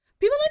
People